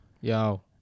Yo